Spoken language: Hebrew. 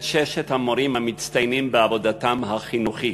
ששת המורים המצטיינים בעבודתם החינוכית.